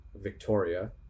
victoria